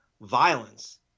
violence